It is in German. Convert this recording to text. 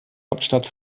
hauptstadt